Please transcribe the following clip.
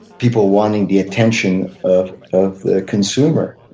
people wanting the attention of the consumer.